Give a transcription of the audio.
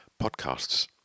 podcasts